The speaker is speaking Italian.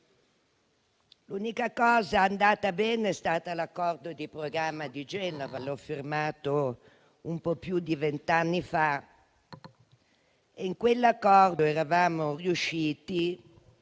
l'unica cosa andata bene è stata l'accordo di programma di Genova, che ho firmato un po' più di vent'anni fa. In quell'accordo eravamo riusciti